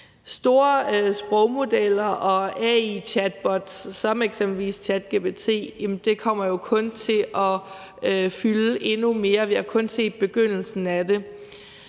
Store sprogmodeller og AI-chatbots som eksempelvis ChatGPT kommer jo kun til at fylde endnu mere. Vi har kun set begyndelsen af det.